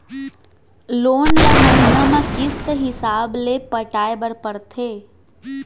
loan ल महिना म किस्त हिसाब ले पटाए बर परथे